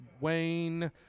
Wayne